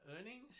earnings